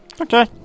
Okay